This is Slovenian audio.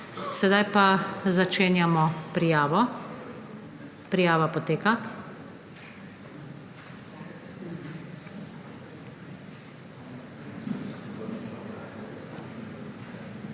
Sedaj pa začenjamo prijavo. Prijava poteka.